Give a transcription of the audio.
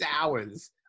hours